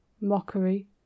mockery